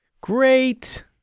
Great